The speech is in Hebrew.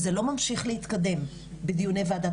וזה לא משחק של הכול או כלום.